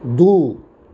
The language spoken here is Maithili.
दू